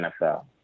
NFL